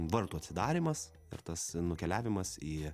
vartų atsidarymas ir tas nukeliavimas į